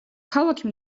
ქალაქი